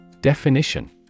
Definition